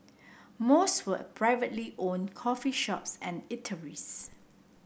most were at privately owned coffee shops and eateries